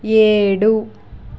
ఏడు